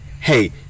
Hey